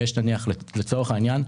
לצורך העניין,